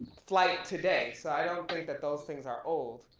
flight today, so i don't think that those things are old.